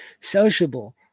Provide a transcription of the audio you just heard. sociable